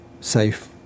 safe